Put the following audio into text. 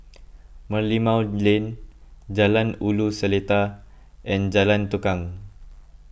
Merlimau Lane Jalan Ulu Seletar and Jalan Tukang